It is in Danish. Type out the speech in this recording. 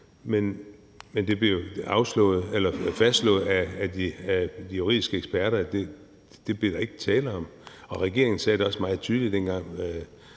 Men det blev fastslået af de juridiske eksperter, at det kunne der ikke blive tale om, og regeringen sagde også meget tydeligt, dengang